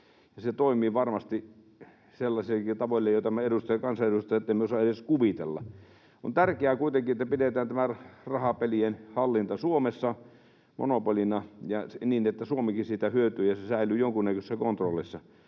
se toimii varmasti sellaisillakin tavoilla, joita me kansanedustajat emme osaa edes kuvitella. On tärkeää kuitenkin, että pidetään tämä rahapelien hallinta Suomessa monopolina ja niin, että Suomikin siitä hyötyy ja se säilyy jonkunnäköisessä kontrollissa.